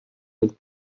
mit